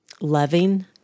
loving